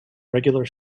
regular